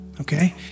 okay